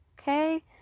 Okay